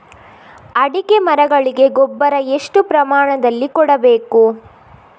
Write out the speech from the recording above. ಅಡಿಕೆ ಮರಗಳಿಗೆ ಗೊಬ್ಬರ ಎಷ್ಟು ಪ್ರಮಾಣದಲ್ಲಿ ಕೊಡಬೇಕು?